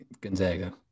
Gonzaga